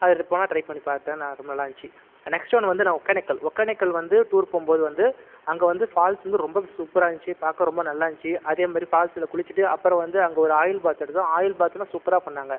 அதை போனேன் ட்ரை பண்ணி பார்த்தேன் நான் ரொம்ப நல்லா இருந்துச்சு நெக்ஸ்ட் ஒன் வந்து நான் ஒகேனக்கல் ஒகேனக்கல் வந்து டூர் போகும் போது வந்து அங்கே வந்து ஃபால்ஸ் வந்து ரொம்ப சூப்பராக இருந்துச்சு பார்க்க ரொம்ப நல்லா இருந்துச்சு அதே மாதிரி ஃபால்ஸில் குளித்துட்டு அப்புறம் வந்து அங்கே ஒரு ஆயில் பாத் எடுத்தோம் ஆயில் பாத்தெலாம் சூப்பராக பண்ணாங்க